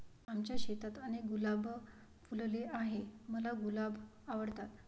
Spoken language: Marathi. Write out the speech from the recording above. आमच्या शेतात अनेक गुलाब फुलले आहे, मला गुलाब आवडतात